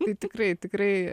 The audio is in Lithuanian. tai tikrai tikrai